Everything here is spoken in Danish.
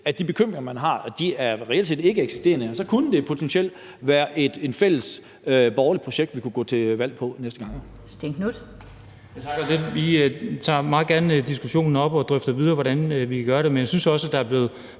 at de bekymringer, man har, reelt set ikke behøver at være der, og så kunne det potentielt set være et fælles borgerligt projekt, vi kunne gå til valg på næste gang.